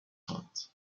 خواند